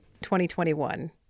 2021